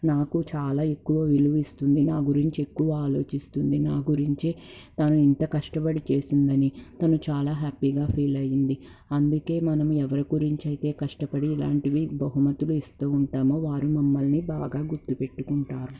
నాకు చాలా ఎక్కువ విలువ ఇస్తుంది నా గురించి ఎక్కువ ఆలోచిస్తుంది నా గురించి తను ఇంత కష్టపడి చేసిందని తను చాలా హ్యాపీగా ఫీల్ అయింది అందుకే మనం ఎవరి గురించి అయితే కష్టపడి ఇలాంటివి బహుమతులు ఇస్తూ ఉంటామో వారు మమ్మల్ని బాగా గుర్తు పెట్టుకుంటారు